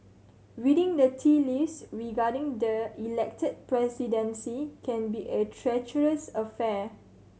reading the tea leaves regarding the Elected Presidency can be a treacherous affair